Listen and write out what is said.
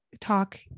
talk